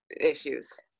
issues